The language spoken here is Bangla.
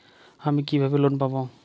আমি কিভাবে লোন পাব?